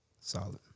Solid